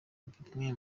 bimwe